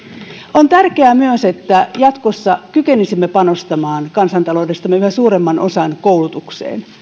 on tärkeää myös että jatkossa kykenisimme panostamaan kansantaloudestamme yhä suuremman osan koulutukseen